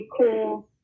cool